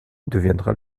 deviendra